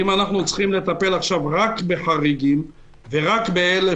אם אנחנו צריכים לטפל רק בחריגים ורק באלה